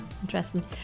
interesting